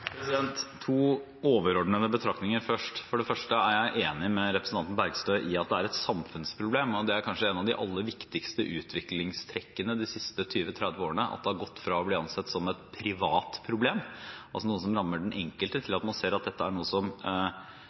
To overordnede betraktninger først: For det første er jeg enig med representanten Bergstø i at det er et samfunnsproblem. Det er kanskje et av de aller viktigste utviklingstrekkene de siste 20–30 årene – at det har gått fra å bli ansett som et privat problem, altså noe som rammer den enkelte, til at man ser at dette er noe som har noen mønstre bak seg. Det er ikke tilfeldig hvem som